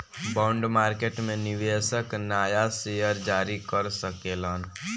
bond market में निवेशक नाया शेयर जारी कर सकेलन